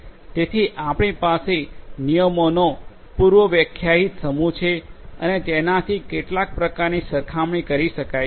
તેથી આપણી પાસે નિયમોનો પૂર્વવ્યાખ્યાયિત સમૂહ છે અને તેનાથી કેટલાક પ્રકારની સરખામણી કરી શકાય છે